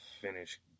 finish